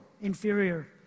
inferior